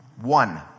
One